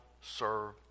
serve